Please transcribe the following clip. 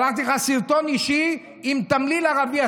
שלחתי לך סרטון אישי עם תמליל ערבי.